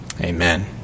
Amen